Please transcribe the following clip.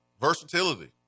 Versatility